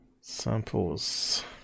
Samples